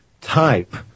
type